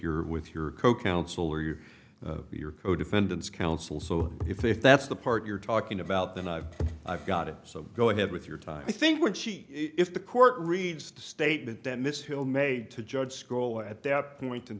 your with your co counsel or your your co defendants counsel so if they if that's the part you're talking about then i've i've got it so go ahead with your time i think would she if the court reads the statement that mrs hill made to judge school at that point in